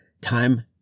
time